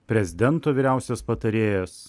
prezidento vyriausias patarėjas